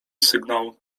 sygnał